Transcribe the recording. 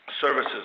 services